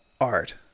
art